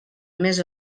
més